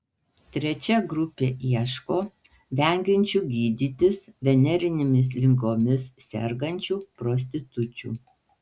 trečia grupė ieško vengiančių gydytis venerinėmis ligomis sergančių prostitučių